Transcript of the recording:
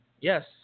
Yes